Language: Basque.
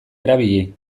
erabili